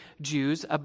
Jews